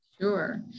Sure